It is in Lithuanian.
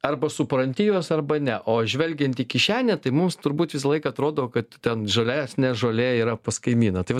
arba supranti juos arba ne o žvelgiant į kišenę tai mums turbūt visą laiką atrodo kad ten žalesnė žolė yra pas kaimyną tai